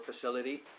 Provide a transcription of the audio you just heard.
facility